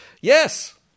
Yes